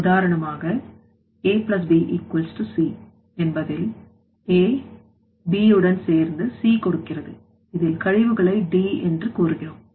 உதாரணமாகA B C என்பதில்A B உடன் சேர்ந்து C கொடுக்கிறது இதில் கழிவுகளை D என்று கூறுகிறோம்